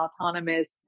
autonomous